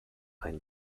ein